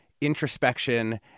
introspection